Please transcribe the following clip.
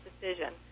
decision